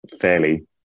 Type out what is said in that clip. fairly